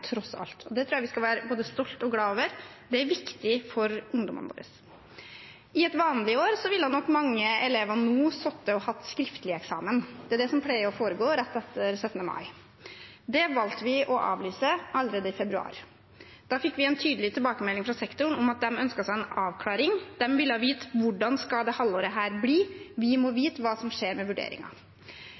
tror jeg vi skal være både stolte og glade over. Det er viktig for ungdommene våre. I et vanlig år ville nok mange elever nå sittet og hatt skriftlig eksamen. Det er det som pleier å foregå rett etter 17. mai. Det valgte vi å avlyse allerede i februar. Da fikk vi en tydelig tilbakemelding fra sektoren om at de ønsket seg en avklaring. De ville vite hvordan dette halvåret skulle bli. De måtte vite hva som skjer med